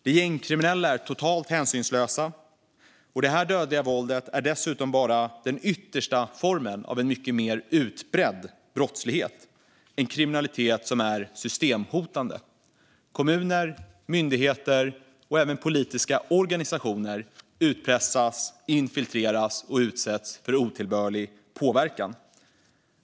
De gängkriminella är totalt hänsynslösa, och det här dödliga våldet är dessutom bara den yttersta formen av en mycket mer utbredd brottslighet - en kriminalitet som är systemhotande. Kommuner, myndigheter och även politiska organisationer utpressas, infiltreras och utsätts för otillbörlig påverkan.